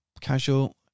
casual